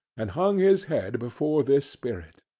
and hung his head before this spirit.